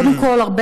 כמו כן,